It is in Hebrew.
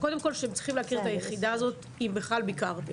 צריכים להכיר את היחידה הזאת, אם בכלל ביקרתם.